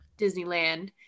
Disneyland